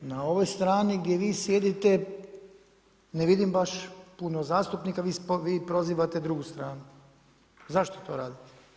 Na ovoj strani gdje vi sjedite ne vidim baš puno zastupnika, vi prozivate drugu stranu, zašto to radite?